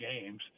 games